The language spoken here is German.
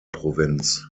provinz